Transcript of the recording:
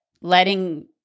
letting